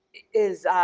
is